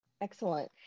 Excellent